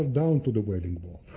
down to the wailing wall.